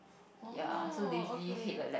oh okay